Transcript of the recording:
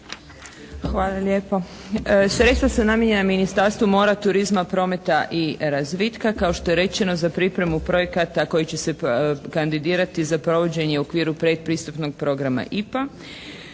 Hvala lijepo. Sredstva su namijenjena Ministarstvu mora, turizma, prometa i razvitka kao što je rečeno za pripremu projekata koji će se kandidirati za provođenje u okviru pretpristupnog programa IPA.